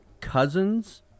cousins